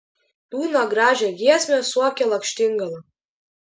liūdną gražią giesmę suokė lakštingala